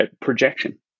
projection